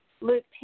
Luke